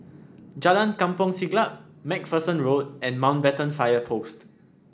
Jalan Kampong Siglap MacPherson Road and Mountbatten Fire Post